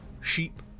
sheep